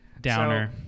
downer